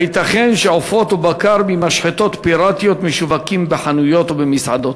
5. האם ייתכן שעופות ובקר ממשחטות פיראטיות משווקים בחנויות ובמסעדות?